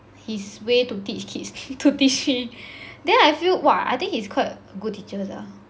his way to teach kids to teach me then I feel !wah! I think he's quite good teacher sia